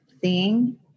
seeing